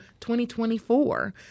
2024